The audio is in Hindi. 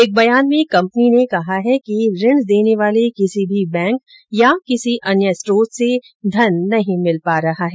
एक बयान में कपनी ने कहा है कि ऋण देने वाले किसी भी बैंक या किसी अन्य स्रोत से धन नहीं मिल रहा है